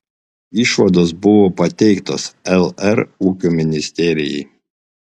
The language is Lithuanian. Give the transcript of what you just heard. išvados buvo pateiktos lr ūkio ministerijai